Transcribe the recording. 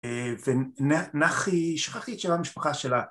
ונחי..., שכחתי את שאלה על המשפחה שלה.